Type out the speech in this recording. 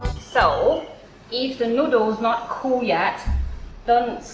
so if the noodle is not cool yet don't